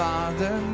Father